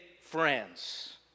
friends